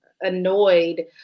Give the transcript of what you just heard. annoyed